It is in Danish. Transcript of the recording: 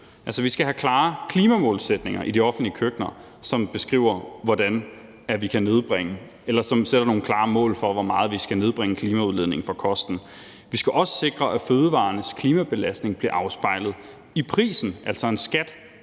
Vi skal have klare klimamålsætninger for de offentlige køkkener. De skal sætte nogle klare mål for, hvor meget vi skal nedbringe klimaudledningen fra kosten. Vi skal også sikre, at fødevarernes klimabelastning bliver afspejlet i prisen, altså en skat